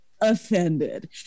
offended